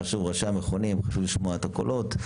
חשוב שראשי המכונים יוכלו לשמוע את הקולות,